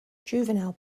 juvenile